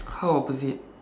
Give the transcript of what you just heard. how opposite